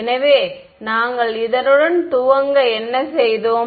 எனவே நாங்கள் இதனுடன் துவங்க என்ன செய்தோம்